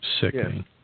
sickening